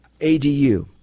ADU